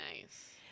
nice